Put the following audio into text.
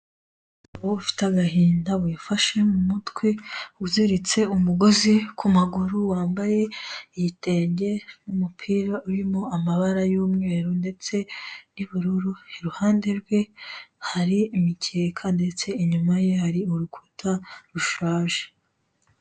Ufite agahinda wifashe mu mutwe uziritse umugozi ku maguru wambaye igitenge n umupira urimo amabara y'umweru ndetse n'ubururu, iruhande rwe hari imikeri kandi ndetse inyuma ye hari urukuta rushaje.